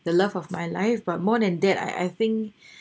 the love of my life but more than that I I think